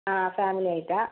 ആ ഫാമിലി ആയിട്ടാണോ